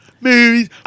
Movies